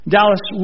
Dallas